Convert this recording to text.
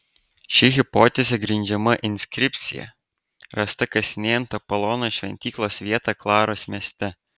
ši hipotezė grindžiama inskripcija rasta kasinėjant apolono šventyklos vietą klaros mieste